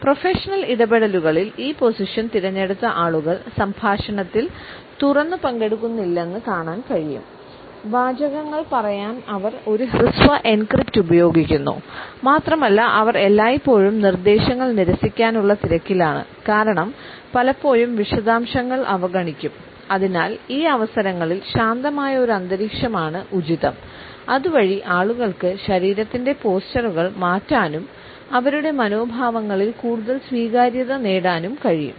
professional മാറ്റാനും അവരുടെ മനോഭാവങ്ങളിൽ കൂടുതൽ സ്വീകാര്യത നേടാനും കഴിയും